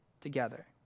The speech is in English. together